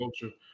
culture